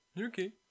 okay